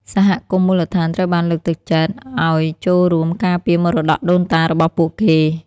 សហគមន៍មូលដ្ឋានត្រូវបានលើកទឹកចិត្តឱ្យចូលរួមការពារមរតកដូនតារបស់ពួកគេ។